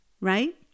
right